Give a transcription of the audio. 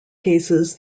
cases